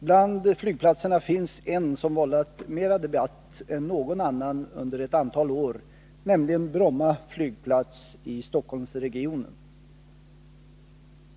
Bland flygplatserna finns en som vållat mera debatt än någon annan under ett antal år, nämligen Bromma flygplats i Stockholmsregionen.